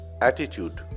attitude